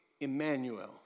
Emmanuel